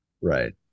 Right